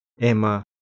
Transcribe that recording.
Emma